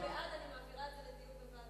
אם אני מצביעה בעד, אני מעבירה את הדיון לוועדה?